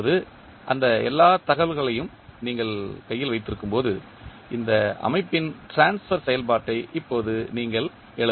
இப்போது அந்த எல்லா தகவல்களையும் நீங்கள் கையில் வைத்திருக்கும் போது இந்த அமைப்பின் ட்ரான்ஸ்பர் செயல்பாட்டை இப்போது நீங்கள் எழுதலாம்